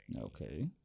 Okay